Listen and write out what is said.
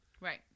Right